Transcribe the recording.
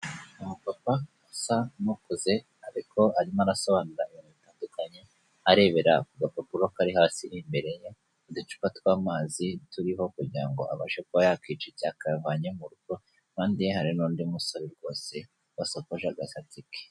Umu papa asa nukuze ariko arimo arasobanura ibintu bitandukanye arebera ku gapapuro kari hasi imbere ye, uducupa tw'amazi turiho kugira ngo abashe kuba yakica icyaka yavanye mu rugo, impande ye hari n'undi musore rwose wasakoje agasatsi ke.